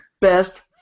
best